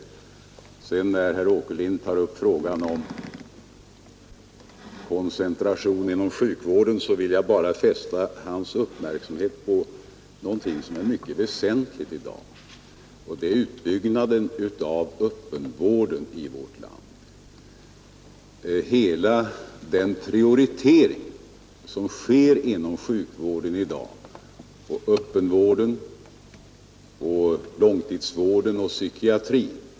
Med anledning av att herr Åkerlind tar upp frågan om koncentration inom sjukvården vill jag bara fästa hans uppmärksamhet på någonting som är mycket väsentligt i dag, nämligen utbyggnaden av den decentraliserade öppenvården i vårt land. Vi prioriterar inom sjukvården i dag öppenvården, långtidsvården och psykiatrin.